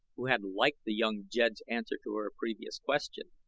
who had liked the young jed's answer to her previous question,